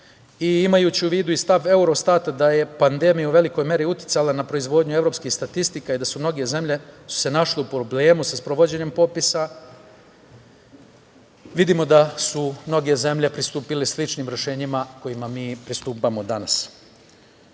i imajući u vidu i stav Eurostata, da je pandemija u velikoj meri uticala na proizvodnju evropskih statistika, i da su se mnoge zemlje našle u problemu sa sprovođenjem popisa, vidimo da su mnoge zemlje pristupile sličnim rešenjima kojima mi pristupamo danas.U